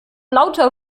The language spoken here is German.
lauter